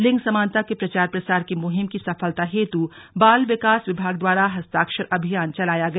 लिंग समानता के प्रचार प्रसार की मुहिम की सफलता हेतु बाल विकास विभाग द्वारा हस्ताक्षर अभियान चलाया गया